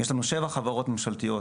יש לנו שבע חברות ממשלתיות